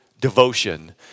devotion